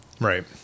right